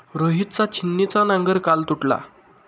रोहितचा छिन्नीचा नांगर काल तुटला